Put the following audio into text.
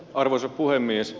arvoisa puhemies